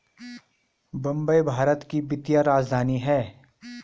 मुंबई भारत की वित्तीय राजधानी है